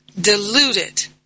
deluded